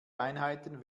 einheiten